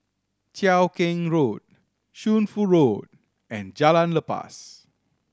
Cheow Keng Road Shunfu Road and Jalan Lepas